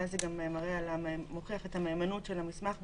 ואז זה גם מוכיח את המהימנות של המסמך,